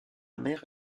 mère